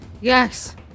yes